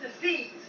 disease